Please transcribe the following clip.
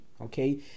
okay